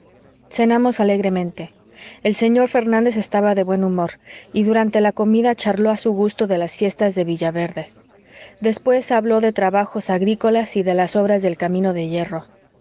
cenamos alegremente el señor fernández estaba de buen humor y durante la comida charló a su gusto de las fiestas de villaverde después habló de trabajos agrícolas y de las obras del camino de hierro